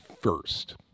first